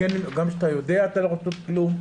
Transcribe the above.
גם כשאתה יודע אתה לא --- כלום,